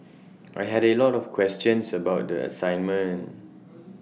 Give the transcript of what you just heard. I had A lot of questions about the assignment